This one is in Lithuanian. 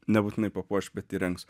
nebūtinai papuoš bet įrengs